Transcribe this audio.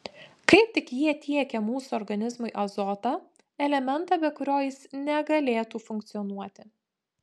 kaip tik jie tiekia mūsų organizmui azotą elementą be kurio jis negalėtų funkcionuoti